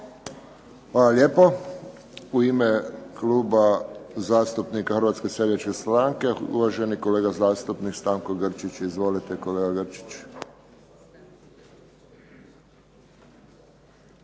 Hvala lijepo. U ime Kluba zastupnika HSS-a uvaženi kolega zastupnik Stanko Grčić. Izvolite, kolega Grčić.